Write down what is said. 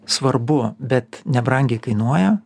svarbu bet nebrangiai kainuoja